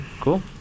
Cool